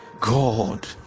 God